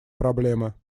проблемы